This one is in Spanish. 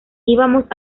íbamos